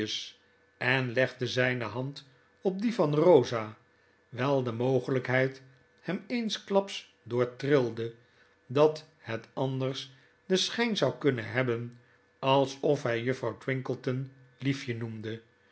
en legde zyne hand op die van eosa wyl de mogelykheid hem eensklaps doortrilde dat het anders den schynzou kunnen hebben alsof hy juffrouw twinkleton liefje noemde